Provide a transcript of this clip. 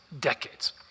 decades